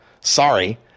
Sorry